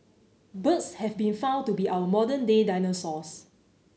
birds have been found to be our modern day dinosaurs